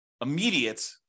immediate